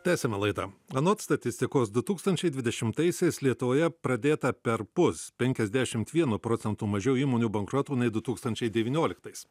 tęsiame laidą anot statistikos du tūkstančiai dvidešimtaisiais lietuvoje pradėta perpus penkiasdešimt vienu procentu mažiau įmonių bankrotų nei du tūkstančiai devynioliktais